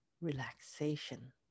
relaxation